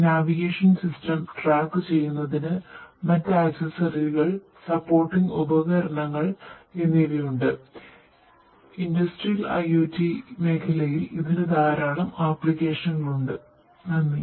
നന്ദി